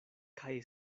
kaj